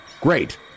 Great